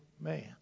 man